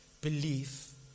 belief